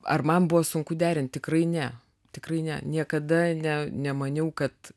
ar man buvo sunku derint tikrai ne tikrai ne niekada ne nemaniau kad